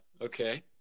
Okay